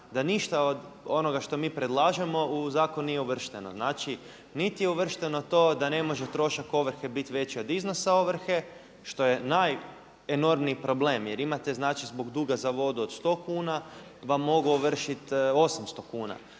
da ništa od onoga što mi predlažemo u zakon nije uvršteno. Znači niti je uvršteno to da ne može trošak ovrhe biti veći od iznosa ovrhe, što je najenormniji problem jer imate zbog duga za vodu od 100 kuna vam mogu ovršiti 800 kuna,